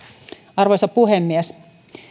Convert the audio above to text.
arvoisa puhemies